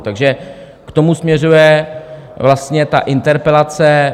Takže k tomu směřuje vlastně ta interpelace.